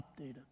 updated